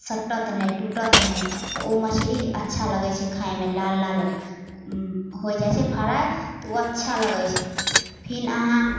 सट्टत नहि टुटत नहि तऽ ओ मछरी अच्छा लगै छै खाइमे लाल लाल होइ जाइ छै फ्राइ तऽ ओ अच्छा लगै छै फेर अहाँ